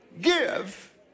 give